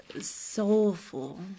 soulful